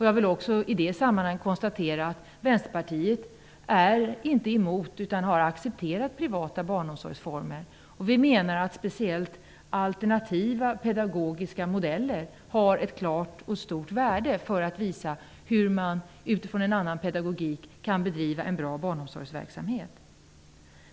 Jag vill i sammanhanget framhålla att Vänsterpartiet inte är emot utan har accepterat privata barnomsorgsformer. Vi menar att speciellt alternativa pedagogiska modeller har ett klart och stort värde för att visa hur man utifrån en annan pedagogik kan bedriva en bra barnomsorgsverksamhet.